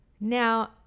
Now